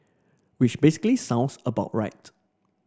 which basically sounds about right